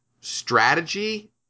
strategy